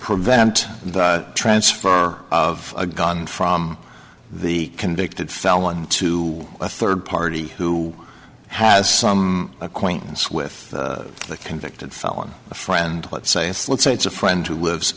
prevent the transfer of a gun from the convicted felon to a third party who has some acquaintance with the convicted felon a friend let's say if let's say it's a friend who lives